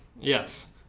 Yes